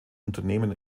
unternehmen